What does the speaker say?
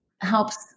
helps